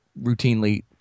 routinely